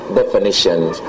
definitions